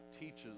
teaches